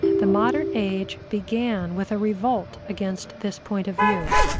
the modern age began with a revolt against this point of view,